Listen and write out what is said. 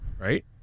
right